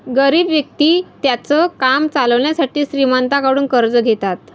गरीब व्यक्ति त्यांचं काम चालवण्यासाठी श्रीमंतांकडून कर्ज घेतात